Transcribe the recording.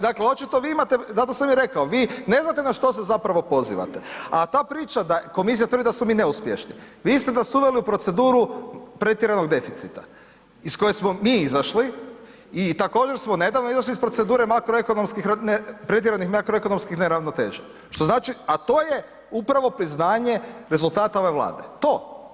Dakle, očito vi imate, zato sam i rekao, vi ne znate na što se zapravo pozivate, a ta priča da komisija tvrdi da smo mi neuspješni, vi ste nas uveli u proceduru pretjeranog deficita iz koje smo mi izašli i također smo nedavno izašli iz procedure makroekonomskih pretjeranih makroekonomskih neravnoteža, što znači, a to je upravo priznanje rezultata ove Vlade, to.